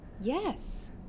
Yes